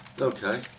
Okay